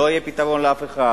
לא יהיה פתרון לאף אחד.